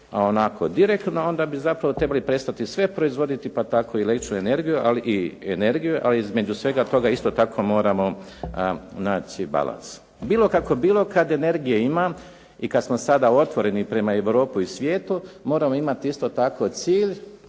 onako direktno onda bi zapravo trebali prestati sve proizvoditi pa tako i električnu energiju, ali između svega toga isto tako moramo naći balans. Bilo kako bilo, kad energije ima i kad smo sada otvoreni prema Europi i svijetu moramo imat isto tako cilj,